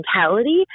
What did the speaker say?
mentality